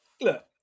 look